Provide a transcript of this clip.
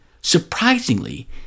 surprisingly